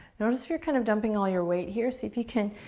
notice you're kind of dumping all your weight here. see if you can,